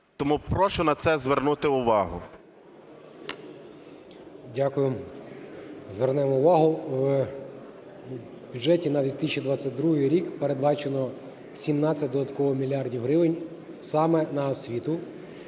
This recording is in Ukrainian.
Тому прошу на це звернути увагу. 12:00:20 МАРЧЕНКО С.М. Дякую. Звернемо увагу. В бюджеті на 2022 рік передбачено 17 додатково мільярдів гривень саме на освіту.